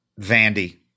Vandy –